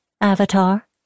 Avatar